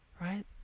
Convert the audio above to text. right